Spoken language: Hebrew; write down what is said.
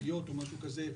עתידיות או משהו כזה,